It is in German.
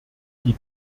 die